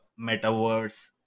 metaverse